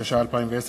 התש"ע 2010,